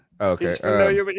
Okay